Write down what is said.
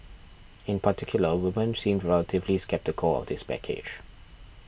in particular women seemed relatively sceptical of the package